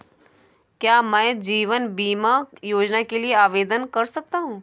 क्या मैं जीवन बीमा योजना के लिए आवेदन कर सकता हूँ?